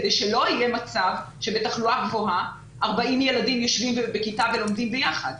כדי שלא יהיה מצב שבתחלואה גבוהה 40 ילדים יושבים בכיתה ולומדים ביחד.